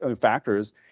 factors